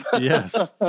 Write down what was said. Yes